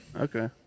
Okay